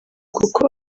kuko